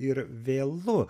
ir vėlu